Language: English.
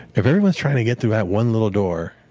if everyone's trying to get through that one little door,